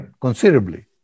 considerably